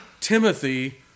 Timothy